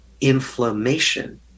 inflammation